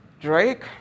Drake